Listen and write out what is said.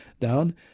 down